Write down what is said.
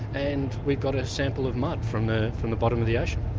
and we've got a sample of mud from the from the bottom of the ocean.